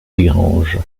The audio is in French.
desgranges